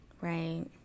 Right